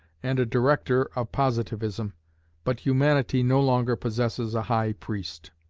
and a director, of positivism but humanity no longer possesses a high priest.